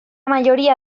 mayoría